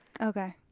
Okay